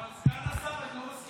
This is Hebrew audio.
אבל סגן השר, הם לא מסכימים.